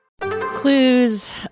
Clues